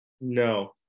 No